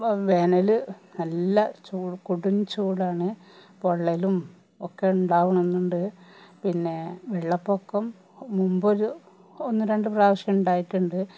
വേനൽ നല്ല കൊടും ചൂടാണ് പൊള്ളലും ഒക്കെ ഉണ്ടാവുന്നുമുണ്ട് പിന്നെ വെള്ളപ്പൊക്കം മുമ്പൊരു ഒന്ന് രണ്ട് പ്രാവശ്യം ഉണ്ടായിട്ടുണ്ട്